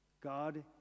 God